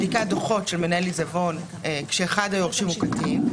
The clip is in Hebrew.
היום אין לנו פטור מבדיקת דוחות של מנהל עיזבון כשאחד היורשים הוא קטין.